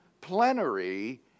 plenary